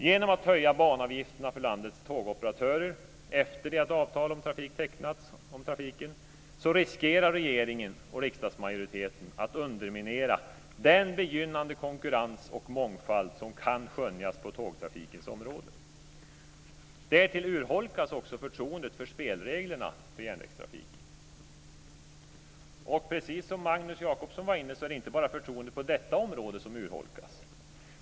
Genom att höja banavgifterna för landets tågoperatörer efter det att avtal om trafik har tecknats riskerar regeringen och riksdagsmajoriteten att underminera den begynnande konkurrens och mångfald som kan skönjas på tågtrafikens område. Därtill urholkas också förtroendet för spelreglerna för järnvägstrafiken. Precis som Magnus Jacobsson var inne på är det inte bara förtroendet på detta område som urholkas.